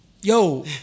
yo